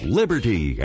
liberty